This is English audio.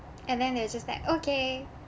and then they're just like okay